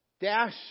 dash